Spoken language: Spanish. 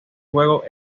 jugador